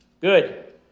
Good